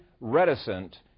reticent